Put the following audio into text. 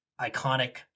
iconic